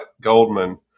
Goldman